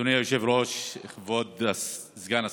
אדוני היושב-ראש, כבוד סגן השר,